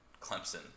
Clemson